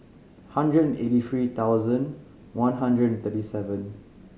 hundred and eighty three thousand one hundred and thirty seven